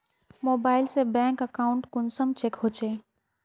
Mobile से bank account कुंसम check होचे?